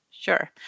Sure